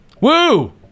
woo